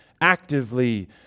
actively